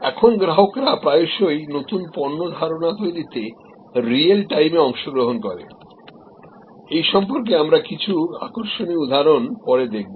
এখন গ্রাহকরা প্রায়শই নতুন পণ্য ধারণা তৈরিতে রিয়েল টাইমে অংশ নেন এই সম্পর্কে আমরা কিছু আকর্ষণীয় উদাহরণ পরে দেখব